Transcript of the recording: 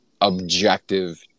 objective